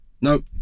Nope